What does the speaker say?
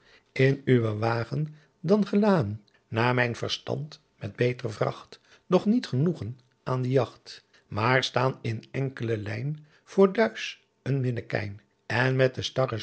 in uwen waagen dan gelaên na mijn verstandt met beter vracht doch niet genoegen aan de jaght maar staan in elke lijn voor duis een minnekijn en met de